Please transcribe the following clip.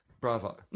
bravo